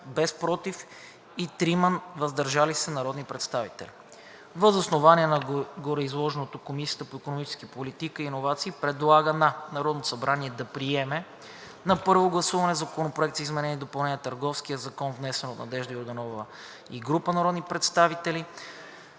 без „против“ и 3 гласа „въздържал се“. Въз основа на гореизложеното Комисията по икономическа политика и иновации предлага на Народното събрание да приеме на първо гласуване Законопроект за изменение и допълнение на Търговския закон, внесен от Надежда Йорданова и група народни представители;